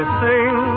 sing